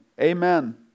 Amen